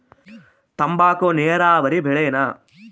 ತಂಬಾಕು ನೇರಾವರಿ ಬೆಳೆನಾ?